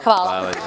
Hvala.